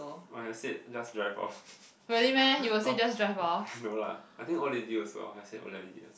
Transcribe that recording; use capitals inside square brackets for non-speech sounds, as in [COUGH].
when I said just drive off [LAUGHS] no lah I think old lady also I say old lady